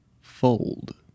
Fold